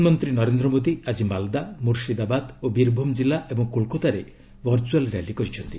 ପ୍ରଧାନମନ୍ତ୍ରୀ ନରେନ୍ଦ୍ର ମୋଦୀ ଆଜି ମାଲଦା ମୁର୍ଶିଦାବାଦ ଓ ବୀର୍ଭୂମ୍ ଜିଲ୍ଲା ଏବଂ କୋଲକାତାରେ ଭର୍ଚୁଆଲ୍ ର୍ୟାଲି କରିଛନ୍ତି